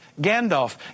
gandalf